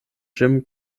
jim